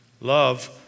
Love